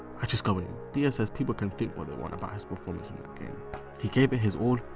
i just go in. dia says people can think what they want about his performance in the game he gave it his all,